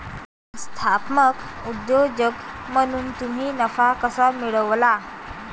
संस्थात्मक उद्योजक म्हणून तुम्ही नफा कसा मिळवाल?